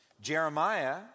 Jeremiah